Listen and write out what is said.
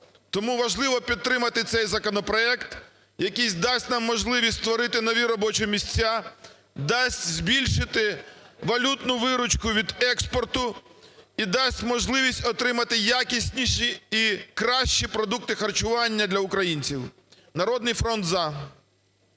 Тому важливо підтримати цей законопроект, який дасть нам можливість створити нові робочі місця, дасть збільшити валютну виручку від експорту і дасть можливість отримати якісніші і кращі продукти харчування для українців. "Народний фронт"